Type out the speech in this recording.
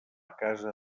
casa